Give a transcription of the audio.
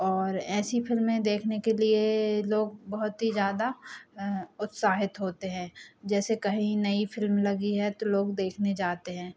और ऐसी फिल्में देखने के लिए लोग बहुत ही ज़्यादा उत्साहित होते हैं जैसे कहीं नई फ़िल्म लगी है तो लोग देखने जाते हैं